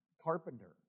carpenter